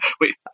wait